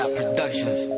Productions